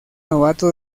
novato